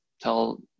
tell